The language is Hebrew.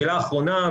מילה אחרונה,